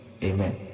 Amen